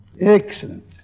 Excellent